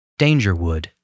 Dangerwood